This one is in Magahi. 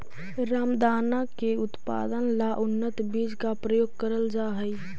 रामदाना के उत्पादन ला उन्नत बीज का प्रयोग करल जा हई